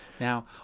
Now